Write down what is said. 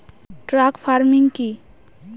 Truck farming কি?